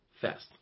fast